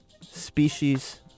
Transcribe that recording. species